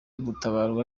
gutabarwa